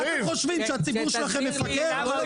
מה אתם חושבים שהציבור שלכם מפגר?